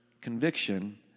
conviction